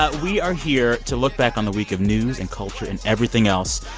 but we are here to look back on the week of news and culture and everything else.